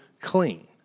clean